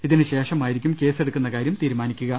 ഇതിനുശേഷമായിരിക്കും case എടുക്കുന്ന കാര്യം തീരുമാനിക്കുക